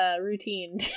routine